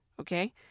Okay